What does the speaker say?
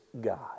God